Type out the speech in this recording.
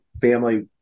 family